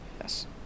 yes